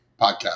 podcast